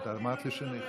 זה ניסיון לסתום פיות.